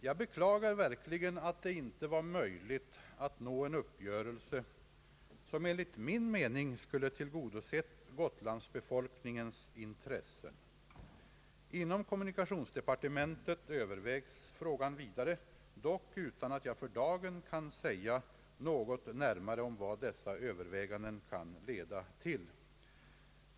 Jag beklagar verkligen, att det inte var möjligt att nå en uppgörelse som enligt min mening skulle tillgodosett Gotlandsbefolkningens intressen. Inom kommunikationsdepartementet övervägs frågan vidare, dock utan att jag för dagen kan säga något närmare om vad dessa överväganden kan leda till.